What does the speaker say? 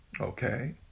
Okay